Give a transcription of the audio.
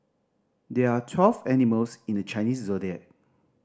there are twelve animals in the Chinese Zodiac